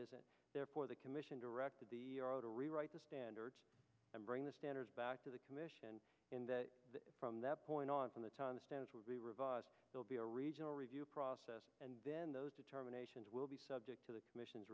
it there for the commission direct to rewrite the standards and bring the standards back to the commission in that from that point on from the time the stans will be revised will be a regional review process and then those determinations will be subject to the commission